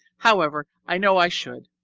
however, i know i should.